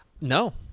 No